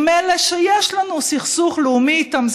עם אלה שיש לנו סכסוך לאומי איתם,